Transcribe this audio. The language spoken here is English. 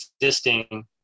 existing